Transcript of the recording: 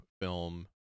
film